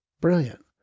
brilliant